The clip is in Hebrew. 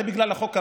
זה בגלל החוק הבא.